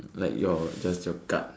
like your does your gut